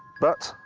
but,